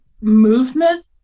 movement